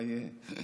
מה יהיה?